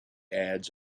ads